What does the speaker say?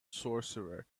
sorcerer